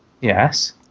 Yes